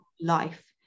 life